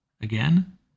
Again